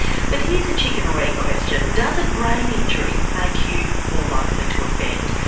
but here's a chicken or egg question. does a brain injury make you more likely to offend,